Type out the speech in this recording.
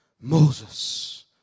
Moses